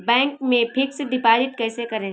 Bank में fix deposit कैसे करें?